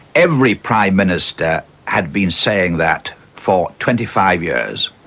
every prime minister had been saying that for twenty five years.